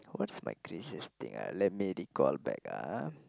what's my craziest thing ah let me recall back ah